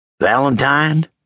Valentine